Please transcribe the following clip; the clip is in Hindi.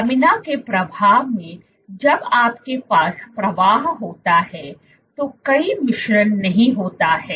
लामिना के प्रवाह में जब आपके पास प्रवाह होता है तो कोई मिश्रण नहीं होता है